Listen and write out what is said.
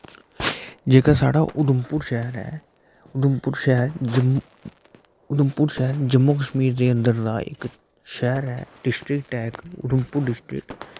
जेह्का साढ़ा उधमपुर शैह्र ऐ उधमपुर शैह्र जम्मू उधमपुर शैह्र जम्मू कश्मीर दे अन्दर दा इक शैह्र ऐ डिस्ट्रिक ऐ इक उधमपुर डिस्ट्रिक